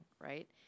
right